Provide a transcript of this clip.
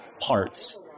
parts